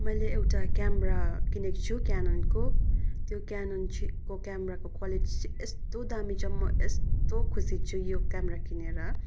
मैले एउटा क्यामेरा किनेको छु क्याननको त्यो क्यानन चाहिँ को क्यामेराको क्वालिटी चाहिँ यस्तो दामी छ म यस्तो खुसी छु यो क्यामेरा किनेर